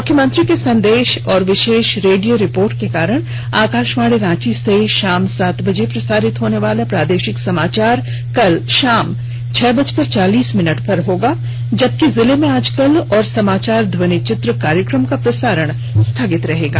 मुख्यमंत्री के संदेश और विशेष रेडियो रिपोर्ट के कारण आकाशवाणी रांची से शाम सात बजे प्रसारित होनेवाला प्रादेशिक समाचार कल शाम छह बजकर चालीस मिनट पर होगा जबकि जिले में आजकल और समाचार ध्वनि चित्र कार्यक्रम का प्रसारण स्थगित रहेगा